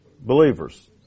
believers